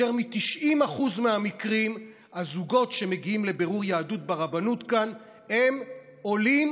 ביותר מ-90% מהמקרים הזוגות שמגיעים לבירור יהדות ברבנות כאן הם עולים